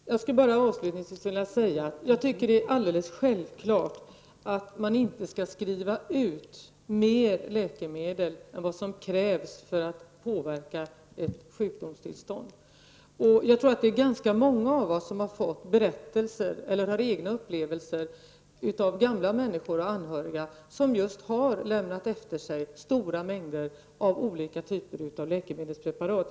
Herr talman! Jag skall bara avslutningsvis säga att jag tycker att det är alldeles självklart att man inte skall skriva ut mer läkemedel än vad som krävs för att påverka ett sjukdomstillstånd. Jag tror att det är ganska många av oss som har fått höra berättelser om eller som har egna upplevelser av gamla människor och anhöriga, som har lämnat efter sig stora mängder av olika typer av läkemedelspreparat.